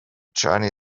journey